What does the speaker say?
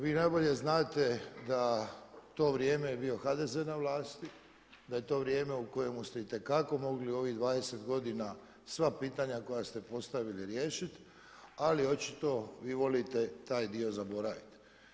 Vi najbolje znate da to vrijeme je bio HDZ na vlasti, da je to vrijeme u kojemu ste i te kako mogli ovih 20 godina sva pitanja koja ste postavili riješit, ali očito vi volite taj dio zaboravit.